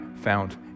found